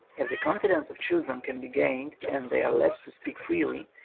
if the confidence of children can be gained and they are led to speak freely,